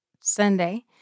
Sunday